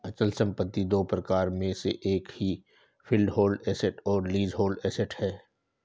अचल संपत्ति दो प्रकारों में से एक है फ्रीहोल्ड एसेट्स और लीजहोल्ड एसेट्स